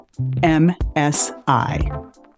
msi